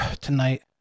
tonight